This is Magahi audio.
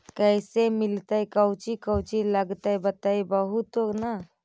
कैसे मिलतय कौची कौची लगतय बतैबहू तो न?